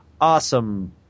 awesome